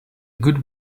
good